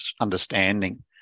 understanding